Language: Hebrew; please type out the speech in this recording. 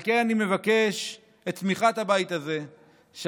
על כן אני מבקש את תמיכת הבית הזה שההצעה